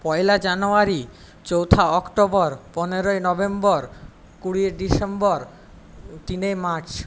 পয়লা January চৌঠা October পনেরোই November কুড়ি ডিসেম্বর তিন মার্চ